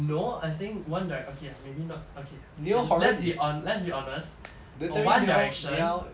no I think one dire~ right okay maybe not okay let's be let's be honest for one direction